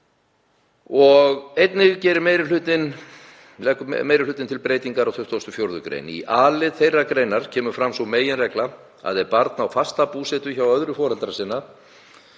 Einnig leggur meiri hlutinn til breytingar á 24. gr. Í a-lið þeirrar greinar kemur fram sú meginregla að ef barn á fasta búsetu hjá öðru foreldra sinna